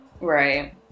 right